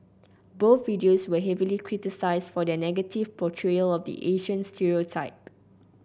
both videos were heavily criticised for their negative portrayal of the Asian stereotype